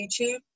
YouTube